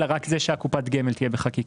אלא נכון שרק קופת הגמל תהיה בחקיקה.